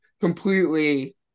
completely